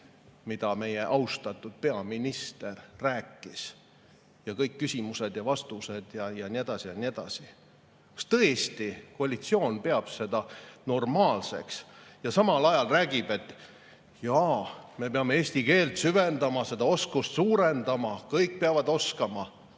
mida meie austatud peaminister rääkis – kõik küsimused ja vastused ja nii edasi ja nii edasi. Kas tõesti koalitsioon peab seda normaalseks ja samal ajal räägib, et jaa, me peame eesti keele [oskust] süvendama, seda oskust suurendama, kõik peavad oskama?